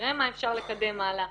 נראה מה אפשר לקדם הלאה